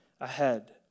ahead